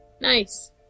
Nice